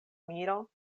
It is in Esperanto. miro